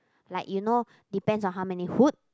like you know depends on how many hoot